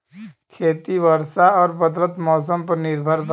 खेती वर्षा और बदलत मौसम पर निर्भर बा